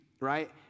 right